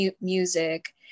music